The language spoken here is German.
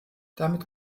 damit